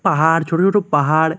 পাহাড় ছোট ছোট পাহাড়